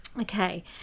Okay